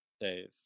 days